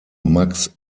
max